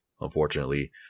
unfortunately